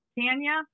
Tanya